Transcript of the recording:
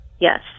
yes